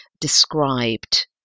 described